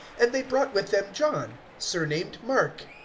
and they brought with them john, surnamed mark.